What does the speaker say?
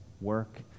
work